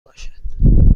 باشد